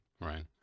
right